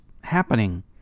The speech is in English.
happening